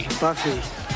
Buffy